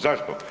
Zašto?